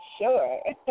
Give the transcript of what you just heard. sure